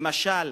למשל,